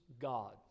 God